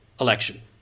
election